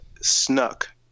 snuck